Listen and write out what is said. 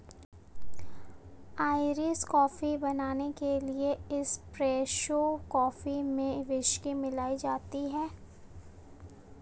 Irish coffee बनाने के लिए एस्प्रेसो कॉफी में व्हिस्की मिलाई जाती है